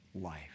life